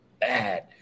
bad